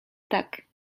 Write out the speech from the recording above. tak